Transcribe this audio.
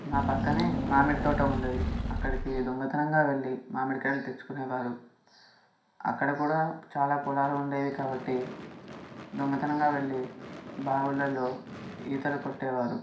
నా ప్రక్కనే మామిడి తోట ఉండేది అక్కడికి దొంగతనంగా వెళ్ళి మామిడికాయలు తెచ్చుకునేవారు అక్కడ కూడా చాలా పొలాలు ఉండేవి కాబట్టి దొంగతనంగా వెళ్ళి బావులలో ఈతలు కొట్టేవారు